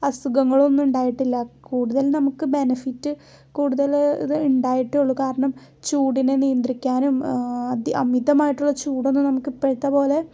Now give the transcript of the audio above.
അസുഖങ്ങളൊന്നും ഉണ്ടായിട്ടില്ല കൂടുതൽ നമുക്ക് ബെനിഫിറ്റ് കൂടുതല് ഇത് ഉണ്ടായിട്ടുള്ളു കാരണം ചൂടിനെ നിയന്ത്രിക്കാനും അമിതമായിട്ടുള്ള ചൂടൊന്നും നമുക്ക് ഇപ്പഴത്തെ പോലെ